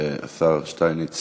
השר שטייניץ